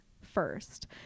first